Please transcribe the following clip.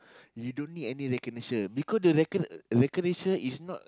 you don't need any recognition because the recognition recognition is not